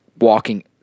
walking